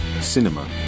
cinema